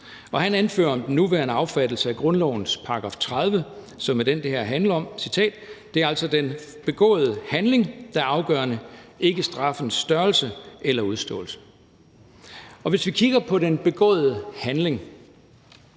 han anfører om den nuværende affattelse af grundlovens § 30, som er den, det her handler om: Det er altså den begåede handling, der er afgørende, ikke straffens størrelse eller udståelse. Og hvis vi kigger på den begåede handling,